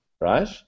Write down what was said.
right